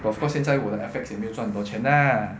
but of course 现在我的 F_X 也没有赚很多钱 lah